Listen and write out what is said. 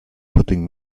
putting